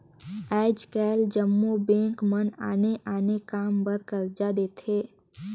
आएज काएल जम्मो बेंक मन आने आने काम बर करजा देथे